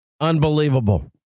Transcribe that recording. unbelievable